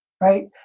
right